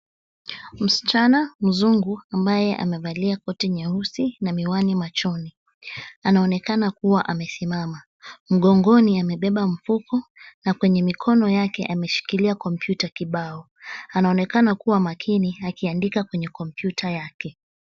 Msichana mzungu ambaye amevalia koti nyeusi na miwani machoni. Anaonekana kuwa amesimama. Mgogoni amebeba mfuko na kwenye mikono yake ameshikilia kompyuta kibao. Anaonekana kuwa makini akiandika kwenye kompyuta yake.